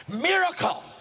miracle